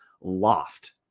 loft